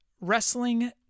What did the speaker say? Wrestling